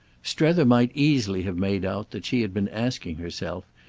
strether might easily have made out that she had been asking herself,